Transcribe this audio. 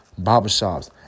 barbershops